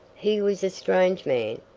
he was a strange man.